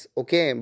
okay